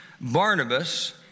Barnabas